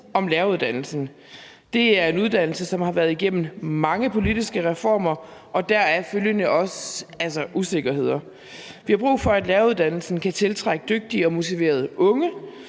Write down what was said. om læreruddannelsen. Det er en uddannelse, som har været igennem mange politiske reformer og også deraf følgende usikkerheder. Vi har brug for, at læreruddannelsen kan tiltrække dygtige og motiverede unge,